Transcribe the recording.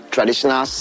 Traditional